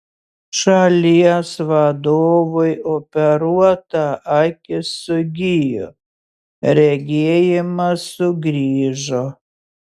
šalies vadovui operuota akis sugijo regėjimas sugrįžo